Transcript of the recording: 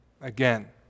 again